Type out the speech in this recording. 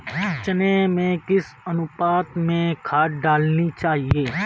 चने में किस अनुपात में खाद डालनी चाहिए?